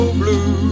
blue